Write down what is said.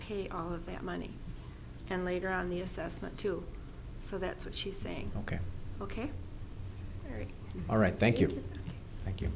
pay all of that money and later on the assessment too so that's what she's saying ok ok all right thank you you thank